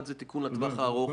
אחד, תיקון לטווח הארוך.